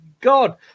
God